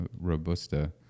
Robusta